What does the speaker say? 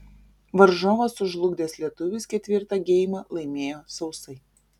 varžovą sužlugdęs lietuvis ketvirtą geimą laimėjo sausai